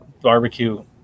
barbecue